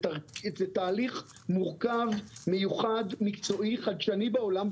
זה תהליך מורכב, מיוחד, מקצועי חדשני בעולם.